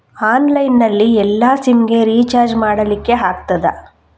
Online ನಲ್ಲಿ ಎಲ್ಲಾ sim ಗೆ ರಿಚಾರ್ಜ್ ಮಾಡಲಿಕ್ಕೆ ಆಗ್ತದಾ?